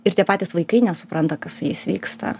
ir tie patys vaikai nesupranta kas su jais vyksta